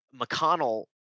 McConnell